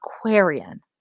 Aquarian